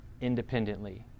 independently